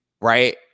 right